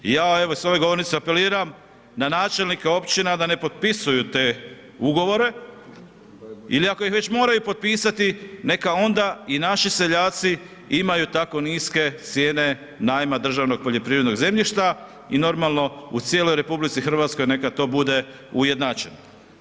Ja evo s ove govornice apeliram na načelnike općina da ne potpisuju te ugovore ili ako ih već moraju potpisati neka onda i naši seljaci imaju tako niske cijene najma državnog poljoprivrednog zemljišta i normalno u cijeloj RH neka to bude ujednačen.